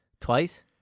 Twice